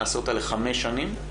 נעשה אותה לחמש שנים,